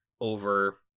over